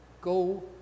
go